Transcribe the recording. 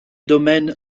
domaines